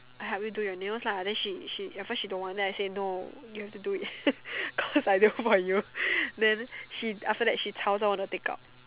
I help you do your nails lah then she she at first she don't want then I say no you have to do it cause I do for you then she after that she 吵着 wanna take out